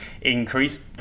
increased